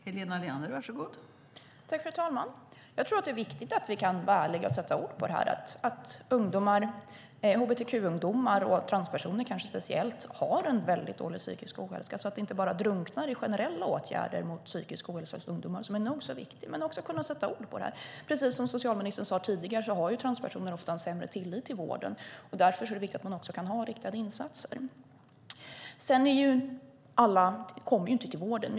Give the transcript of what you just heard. Fru talman! Det är viktigt att vi kan sätta ord på att hbtq-ungdomar och kanske speciellt transpersoner har dålig psykisk hälsa så att det inte drunknar i generella åtgärder mot psykisk ohälsa hos ungdomar som är nog så viktigt. Som socialministern sade tidigare har transpersoner ofta en sämre tillit till vården. Därför är det viktigt med riktade insatser. Alla kommer inte till vården.